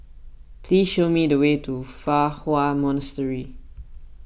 please show me the way to Fa Hua Monastery